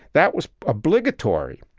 that was obligatory.